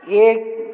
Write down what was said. ਇਹ